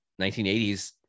1980s